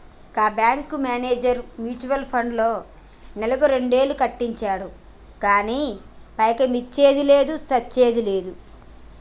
గా bank manager mutual ఫండ్లో నెలకు రెండేలు కట్టించిండు గానీ పైకమొచ్చ్చింది లేదు, సచ్చింది లేదు